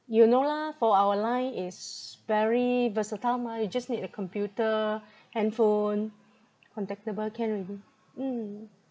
you know lah for our line is very versatile mah you just need a computer handphone contactable can already mm